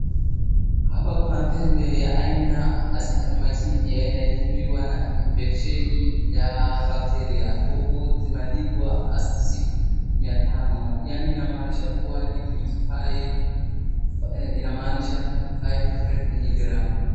Hapa kuna tembe ya aina Azithromycin yenye inayotumiwa na infeksheni ya bacteria huku zimeandikwa AZICIP-miatano. Yani hii lnamaanisha kuwa ni fifty five inamaanisha fivehundrend miligram .